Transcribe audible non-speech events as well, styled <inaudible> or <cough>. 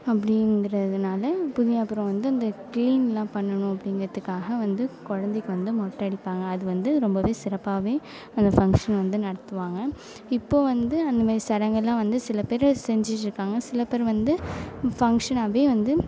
அப்படிங்குறதுனால <unintelligible> அப்றம் வந்து இந்த க்ளீன்லாம் பண்ணணும் அப்படிங்குறதுக்காக வந்து குழந்தைக்கி வந்து மொட்டை அடிப்பாங்க அது வந்து ரொம்பவே சிறப்பாகவே அந்த ஃபங்ஷன் வந்து நடத்துவாங்க இப்போது வந்து அந்தமாதிரி சடங்குலாம் வந்து சில பேரு செஞ்சிட்டு இருக்காங்க சில பேரு வந்து ஃபங்ஷனாகவே வந்து